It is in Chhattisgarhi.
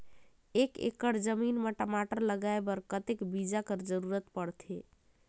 एक एकड़ जमीन म टमाटर लगाय बर कतेक बीजा कर जरूरत पड़थे?